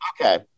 okay